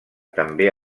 també